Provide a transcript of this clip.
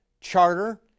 charter